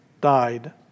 died